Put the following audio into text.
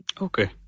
Okay